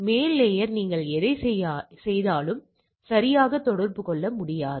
மேல் லேயர் நீங்கள் எதைச் செய்தாலும் சரியாக தொடர்பு கொள்ள முடியாது